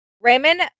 Raymond